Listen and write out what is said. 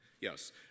Yes